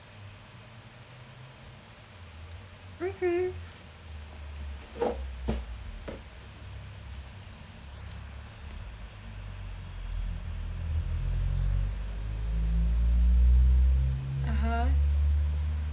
mmhmm (uh huh)